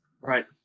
Right